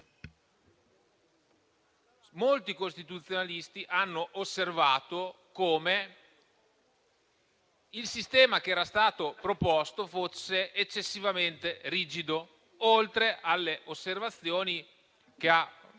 molti costituzionalisti hanno osservato come il sistema che era stato proposto fosse eccessivamente rigido, oltre alle osservazioni che ha ben rappresentato